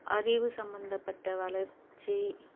அறிவு சம்மந்தப்பட்ட வளர்ச்சி